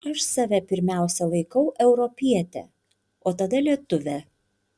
aš save pirmiausia laikau europiete o tada lietuve